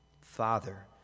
Father